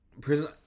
Prison